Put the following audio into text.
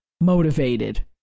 motivated